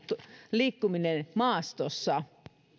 liikkuminen maastossa